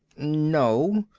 no.